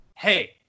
Hey